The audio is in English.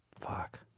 Fuck